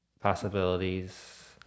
possibilities